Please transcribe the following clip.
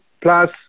plus